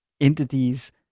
entities